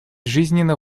жизненно